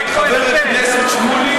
כמו הספד, ממש כמו הספד.